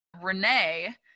Renee